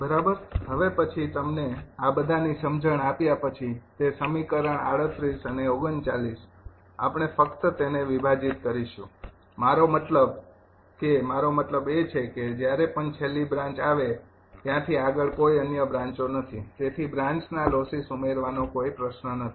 બરાબર હવે પછી તમને આ બધાની સમજણ આપ્યા પછી તે સમીકરણ ૩૮ અને ૩૯ આપણે ફક્ત તેને વિભાજીત કરીશું મારો મતલબ કે મારો મતલબ એ છે કે જ્યારે પણ છેલ્લી બ્રાન્ચ આવે ત્યાંથી આગળ કોઈ અન્ય બ્રાંચો નથી તેથી બ્રાન્ચના લોસિસ ઉમેરવાનો કોઈ પ્રશ્ન નથી